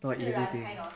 not an easy thing